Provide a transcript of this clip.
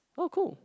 oh cool